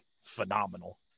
phenomenal